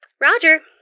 Roger